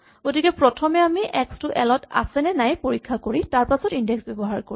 গতিকে প্ৰথমে আমি এক্স টো এল ত আছে নে নাই পৰীক্ষা কৰি তাৰপাছত ইনডেক্স ব্যৱহাৰ কৰিম